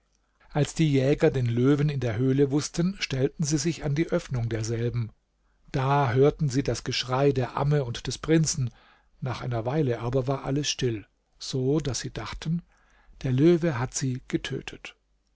als die jäger den löwen in der höhle wußten stellten sie sich an die öffnung derselben da hörten sie das geschrei der amme und des prinzen nach einer weile aber war alles still so daß sie dachten der löwe hat sie getötet